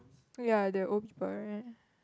ya they were old people right